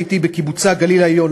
הייתי בקיבוצי הגליל-העליון,